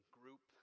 group